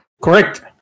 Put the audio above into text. Correct